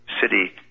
city